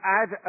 add